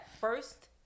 First